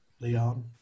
Leon